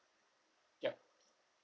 yup